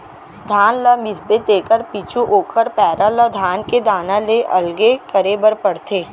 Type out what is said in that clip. धान ल मिसबे तेकर पीछू ओकर पैरा ल धान के दाना ले अलगे करे बर परथे